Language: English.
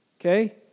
Okay